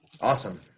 Awesome